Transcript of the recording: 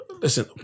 Listen